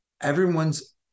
everyone's